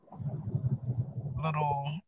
little